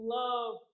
love